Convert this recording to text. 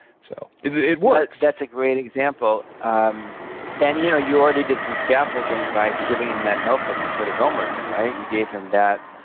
so it works that's a great example. um and you know you already did some scaffolding by giving him that notebook to put his homework in, right? you gave him that.